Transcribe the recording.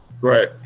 Right